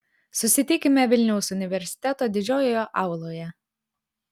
susitikime vilniaus universiteto didžiojoje auloje